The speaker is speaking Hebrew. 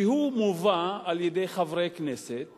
שהוא מובא על-ידי חברי כנסת